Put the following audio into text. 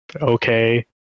okay